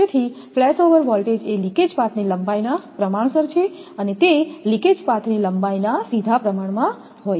તેથી flashover voltage એ leakage પાથની લંબાઈના પ્રમાણસર છે તે લિકેજ પાથની લંબાઈના સીધા પ્રમાણમાં છે